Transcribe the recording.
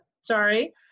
sorry